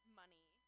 money